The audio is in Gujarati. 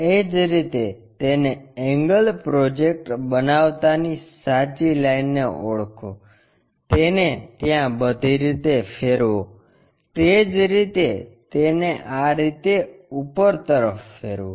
એ જ રીતે તેને એંગલ પ્રોજેક્ટ બનાવતાની સાચી લાઈનને ઓળખો તેને ત્યાં બધી રીતે ફેરવો તે જ રીતે તેને આ રીતે ઉપર તરફ ફેરવો